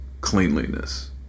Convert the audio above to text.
cleanliness